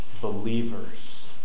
believers